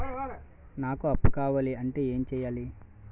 నాకు అప్పు కావాలి అంటే ఎం చేయాలి?